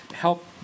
Help